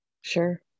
Sure